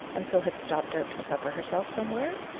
and so had stopped out to supper herself somewhere?